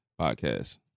Podcast